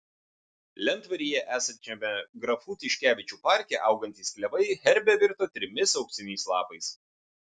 lentvaryje esančiame grafų tiškevičių parke augantys klevai herbe virto trimis auksiniais lapais